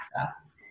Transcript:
access